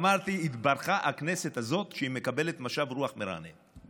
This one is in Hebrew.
אמרתי: התברכה הכנסת הזאת שהיא מקבלת משב רוח מרענן.